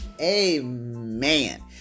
Amen